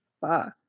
fuck